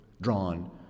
drawn